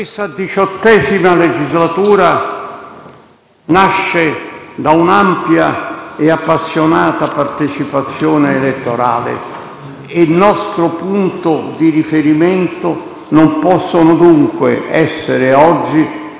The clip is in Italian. Questa XVIII legislatura nasce da un'ampia e appassionata partecipazione elettorale e il nostro punto di riferimento non possono dunque essere oggi